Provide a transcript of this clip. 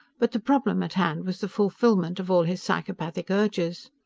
but the problem at hand was the fulfillment of all his psychopathic urges.